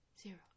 Zero